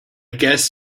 guess